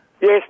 Yes